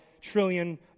trillion